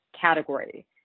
category